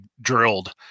drilled